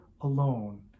alone